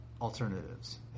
alternatives